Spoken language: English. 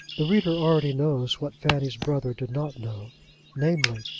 the reader already knows what fanny's brother did not know namely,